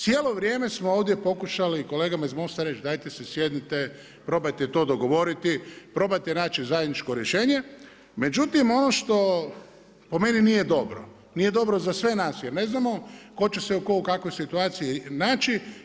Cijelo vrijeme smo ovdje pokušali kolegama iz MOST-a reći dajte si sjednite, probajte to dogovoriti, probajte naći zajedničko rješenje, međutim ono što po meni nije dobro, nije dobro za sve nas jer ne znamo tko će se u kakvoj situaciji naći.